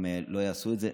הם לא יעשו את זה,